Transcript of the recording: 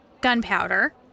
gunpowder